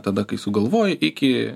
tada kai sugalvoji iki